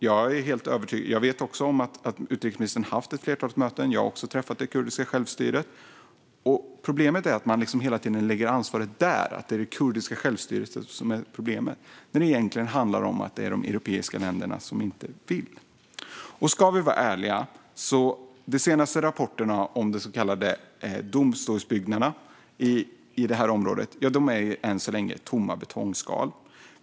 Jag vet att utrikesministern haft ett flertal möten. Jag har också träffat det kurdiska självstyret. Problemet är att man hela tiden lägger ansvaret hos det kurdiska självstyret, när det egentligen handlar om att de europeiska länderna inte vill. Låt oss vara ärliga. Enligt de senaste rapporterna är de så kallade domstolsbyggnaderna i det här området än så länge tomma betongskal.